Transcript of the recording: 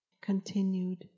continued